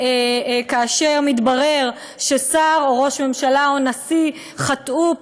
כאשר מתברר ששר או ראש ממשלה או נשיא חטאו,